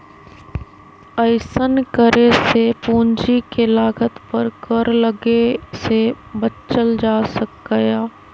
अइसन्न करे से पूंजी के लागत पर कर लग्गे से बच्चल जा सकइय